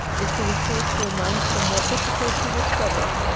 is to a thoughtful mind somewhat difficult to discover.